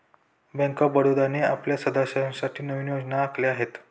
bank of बडोदाने आपल्या सदस्यांसाठी नवीन योजना आखल्या आहेत